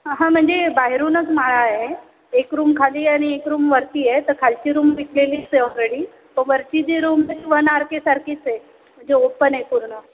हां म्हणजे बाहेरूनच माळा आहे एक रूम खाली आणि एक रूम वरती आहे तर खालची रूम विकलेलीच आहे ऑलरेडी प वरची जी रूम आहे ती वन आर केसारखीच आहे म्हणजे ओपन आहे पूर्ण